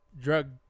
drug